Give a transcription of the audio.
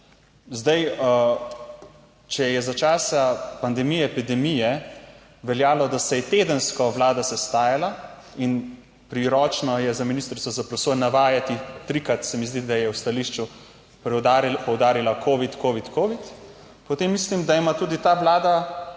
Zdaj, če je za časa pandemije, epidemije veljalo, da se je tedensko vlada sestajala in priročno je za ministrico za pravosodje navajati trikrat, se mi zdi, da je v stališču poudarila covid, covid, covid, potem mislim, da ima tudi ta vlada